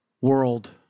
world